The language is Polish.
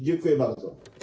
Dziękuję bardzo.